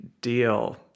deal